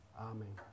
Amen